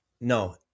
No